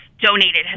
donated